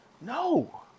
No